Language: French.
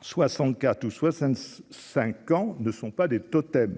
64 ou soit ça 5 ans ne sont pas des totems